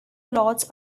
laws